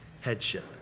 headship